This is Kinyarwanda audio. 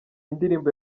indirimbo